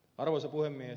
arvoisa puhemies